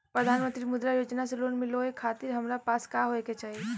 प्रधानमंत्री मुद्रा योजना से लोन मिलोए खातिर हमरा पास का होए के चाही?